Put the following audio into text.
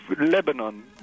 Lebanon